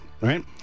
right